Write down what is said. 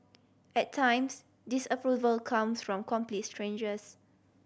at times disapproval comes from complete strangers